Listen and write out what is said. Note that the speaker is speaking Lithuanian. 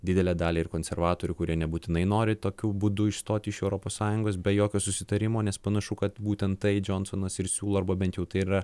didelę dalį ir konservatorių kurie nebūtinai nori tokiu būdu išstoti iš europos sąjungos be jokio susitarimo nes panašu kad būtent tai džonsonas ir siūlo arba bent jau tai yra